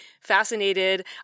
fascinated